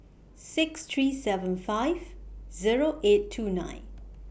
six three seven five Zero eight two nine